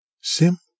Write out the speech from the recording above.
Sim